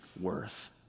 worth